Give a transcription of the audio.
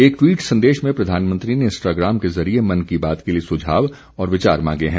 एक टवीट संदेश में प्रधानमंत्री ने इंस्टाग्राम के जरिये मन की बात के लिए सुझाव और विचार मांगे हैं